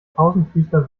tausendfüßler